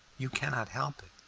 you cannot help it.